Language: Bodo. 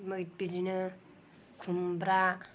बिदिनो खुमब्रा